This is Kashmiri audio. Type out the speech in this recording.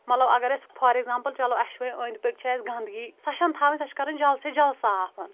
مطلب اگر اسہِ فار ایگزامپل چَلو اسہِ چھ وَنۍ أنٛدۍ پٕکۍ چھِ اسہِ گنٛدگی سۄ چھنہٕ تھاوٕنۍ سۄ چھِ کَرٕنۍ جَلٕد سے جَلٕد صاف